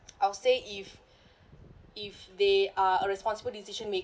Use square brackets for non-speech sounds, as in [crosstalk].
I'll say if [breath] if they are a responsible decision maker